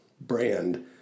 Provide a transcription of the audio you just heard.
brand